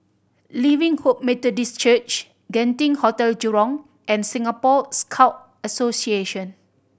Living Hope Methodist Church Genting Hotel Jurong and Singapore Scout Association